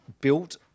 built